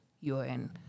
UN